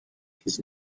his